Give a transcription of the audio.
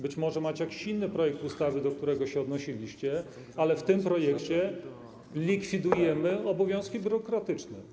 Być może macie jakiś inny projekt ustawy, do którego się odnosiliście, ale w tym projekcie likwidujemy obowiązki biurokratyczne.